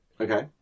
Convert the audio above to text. Okay